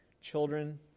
children